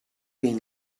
been